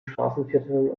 straßenvierteln